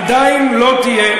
עדיין לא תהיה,